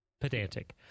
Pedantic